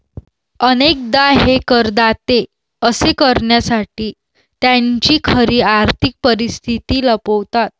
अनेकदा हे करदाते असे करण्यासाठी त्यांची खरी आर्थिक परिस्थिती लपवतात